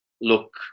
look